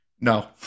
No